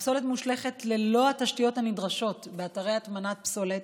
הפסולת מושלכת ללא התשתיות הנדרשות באתרי הטמנת פסולת.